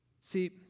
See